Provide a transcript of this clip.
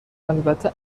البته